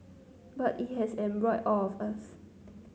but it has embroiled all of us